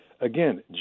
Again